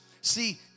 See